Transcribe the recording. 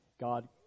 God